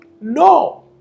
No